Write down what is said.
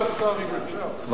בבקשה, חבר הכנסת אורי אריאל.